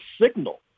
signal